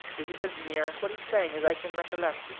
this is as near what he sang as i can recollect,